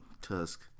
Tusk